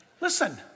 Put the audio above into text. Listen